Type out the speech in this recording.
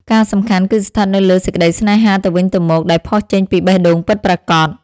ការសំខាន់គឺស្ថិតនៅលើសេចក្តីស្នេហាទៅវិញទៅមក ដែលផុសចេញពីបេះដូងពិតប្រាកដ។